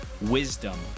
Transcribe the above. wisdom